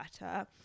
better